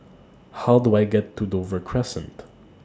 How Do I get to Dover Crescent